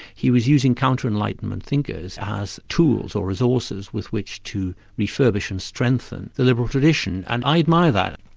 he was using counter-enlightenment thinkers as tools or resources, with which to refurbish and strengthen a liberal tradition, and i admire that.